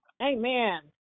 Amen